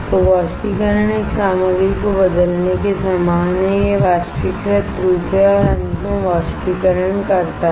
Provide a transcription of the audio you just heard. तो वाष्पीकरण एक सामग्री को बदलने के समान है यह वाष्पीकृत रूप है और अंत में वाष्पीकरण करता है